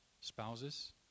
spouses